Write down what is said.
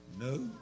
No